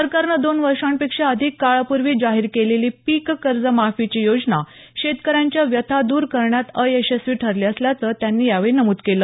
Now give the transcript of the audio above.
सरकारनं दोन वर्षांपेक्षा अधिक काळापुर्वी जाहीर केलेली पीक कर्ज माफीची योजना शेतकऱ्यांच्या व्यथा द्र करण्यात अयशस्वी ठरली असल्याचं त्यांनी यावेळी नमुद केलं